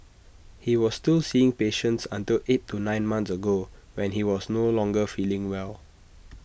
he was still seeing patients until eight to nine months ago when he was no longer feeling well